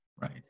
right